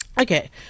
Okay